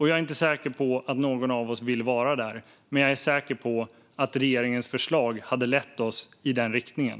Jag är inte säker på att någon av oss vill vara där, men jag är säker på att regeringens förslag hade lett oss i den riktningen.